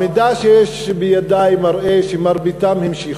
המידע שיש בידי מראה שמרביתם המשיכו,